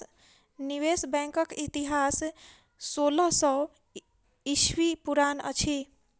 निवेश बैंकक इतिहास सोलह सौ ईस्वी पुरान अछि